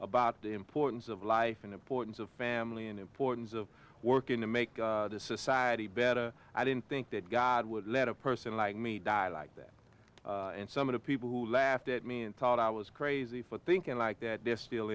about the importance of life and importance of family and importance of working to make this society better i didn't think that god would let a person like me die like that and some of the people who laughed at me and thought i was crazy for thinking like that th